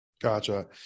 Gotcha